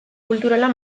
kulturala